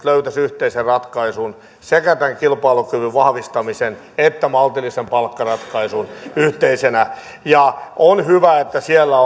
löytäisivät yhteisen ratkaisun yhteisenä sekä tämän kilpailukyvyn vahvistamisen että maltillisen palkkaratkaisun ja on hyvä että siellä